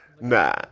Nah